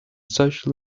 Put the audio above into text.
social